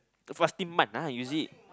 the fasting month ah is it